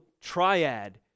triad